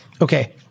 Okay